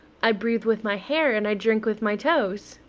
i breathe with my hair, and i drink with my toes.